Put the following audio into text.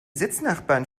sitznachbarn